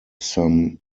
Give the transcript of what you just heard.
some